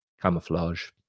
camouflage